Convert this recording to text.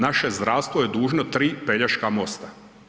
Naše zdravstvo je dužno 3 Pelješka mosta.